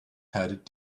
had